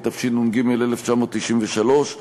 התשנ"ג 1993,